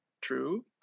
true